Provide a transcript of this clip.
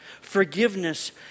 Forgiveness